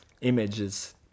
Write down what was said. Images